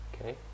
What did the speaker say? okay